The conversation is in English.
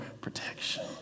protection